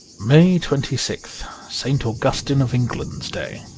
may twenty sixth st. augustine of england's day